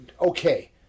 okay